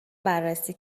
بررسی